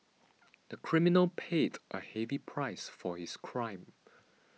the criminal paid a heavy price for his crime